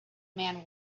man